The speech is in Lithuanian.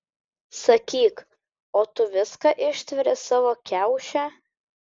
sakyk o tu viską ištveri savo kiauše